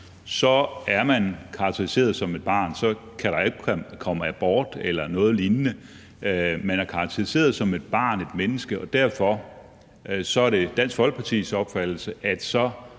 er man defineret som et barn. Så kan der ikke foretages abort eller noget lignende. Man er defineret som et barn, som et menneske, og derfor er det Dansk Folkepartis opfattelse, at så